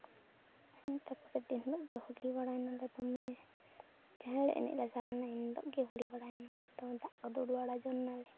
ᱮᱱᱛᱮ ᱯᱚᱨᱮᱨ ᱫᱤᱱ ᱦᱤᱞᱳᱜ ᱫᱚ ᱦᱳᱞᱤ ᱵᱟᱲᱟᱭᱱᱟᱞᱮ ᱫᱚᱢᱮ ᱡᱟᱦᱟᱸ ᱦᱤᱞᱳᱜ ᱮᱱᱮᱡ ᱞᱮ ᱪᱟᱞᱟᱣ ᱞᱮᱱᱟ ᱮᱱ ᱦᱤᱞᱳᱜ ᱜᱮᱞᱮ ᱦᱳᱞᱤ ᱵᱟᱲᱟᱭ ᱱᱟᱞᱮ ᱫᱟᱜ ᱠᱚ ᱫᱩᱞ ᱵᱟᱲᱟ ᱡᱚᱝ ᱱᱟᱞᱮ